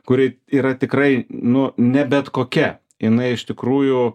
kuri yra tikrai nu ne bet kokia jinai iš tikrųjų